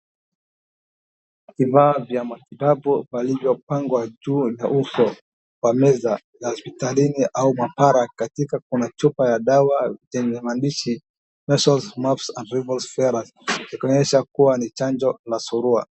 Vifaa vya matibabu vilivyopangwa juu ya huko kwa meza ya hospitalini au maabara katika kuna chupa ya dawa yenye mandishi measles, mumps and rubela vaccine ikionyesha kuwa ni chanjo ya surua.